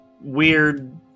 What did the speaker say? weird